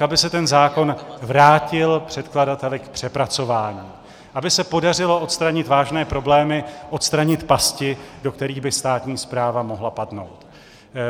aby se ten zákon vrátil předkladateli k přepracování, aby se podařilo odstranit vážné problémy, odstranit pasti, do kterých by státní správa mohla padnout.